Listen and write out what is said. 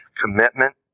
Commitment